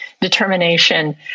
determination